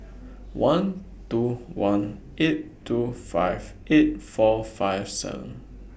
one two one eight two five eight four five seven